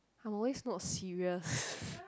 I always not serious